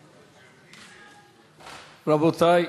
רבותי,